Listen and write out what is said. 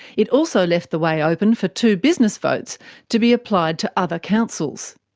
it also left the way open for two business votes to be applied to other councils.